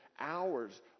Hours